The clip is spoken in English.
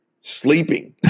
sleeping